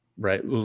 Right